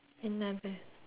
another